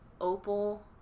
opal